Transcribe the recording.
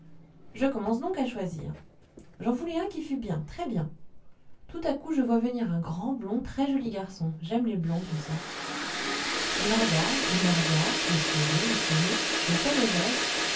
je commence donc à choisir j'en voulais un qui fût bien très bien tout à coup je vois venir un grand blond très joli garçon j'aime les blonds tu sais je le regarde il me regarde je souris il sourit je fais le geste